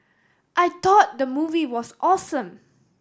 I thought the movie was awesome